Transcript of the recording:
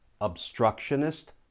obstructionist